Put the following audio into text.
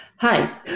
Hi